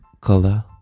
color